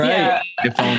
Right